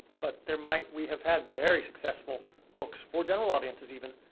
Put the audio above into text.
but there might-we have had very successful books for general audiences even,